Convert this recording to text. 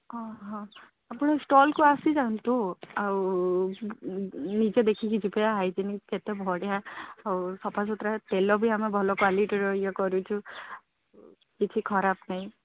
ଅ ହ ଆପଣ ଷ୍ଟଲ୍କୁ ଆସିଯାଆନ୍ତୁ ଆଉ ନିଜେ ଦେଖିକି ଯିବେ ହାଇଜେନିକ୍ କେତେ ବଢ଼ିଆ ଆଉ ସଫାସୁତୁରା ତେଲ ବି ଆମେ ଭଲ କ୍ୱାଲିଟିର ଇଏ କରୁଛୁ କିଛି ଖରାପ ନାଇଁ